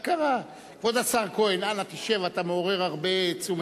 כבוד השר כהן, אנא שב, אתה מעורר הרבה תשומת לב.